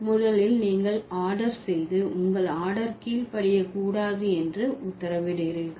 முதலில் நீங்கள் ஆர்டர் செய்து உங்கள் ஆர்டர் கீழ்ப்படிய கூடாது என்று உத்தரவிடுகிறீர்கள்